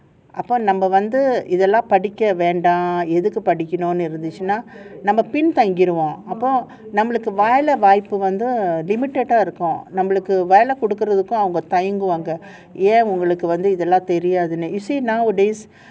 இதெல்லாம் படிக்க வேண்டாம் எதுக்கு படிக்கணும்னு நெனச்சா நம்ம பின்தங்கியிருவோம்:ithellam padikka vendaam ethukku padikkanumnu neacha namma pinthangiyiruvom number P_I_N அப்போ வேலை வாய்ப்பு குறைவா இருக்கும் அப்போ அவங்க நமக்கு வேலை குடுக்கரதுக்கும் தயங்குவாங்கappo velai vaaiippu irukkum appo avanga velai kudukka thayanguvaanga you see nowadays